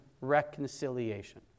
reconciliation